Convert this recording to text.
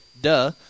Duh